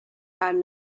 had